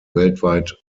weltweit